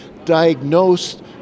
diagnosed